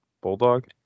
Bulldog